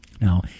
Now